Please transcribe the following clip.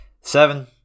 Seven